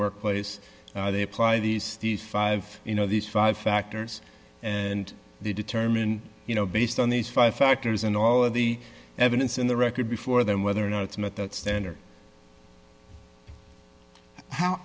work place they apply these these five you know these five factors and they determine you know based on these five factors and all of the evidence in the record before them whether or not it's met that standard how